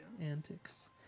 Antics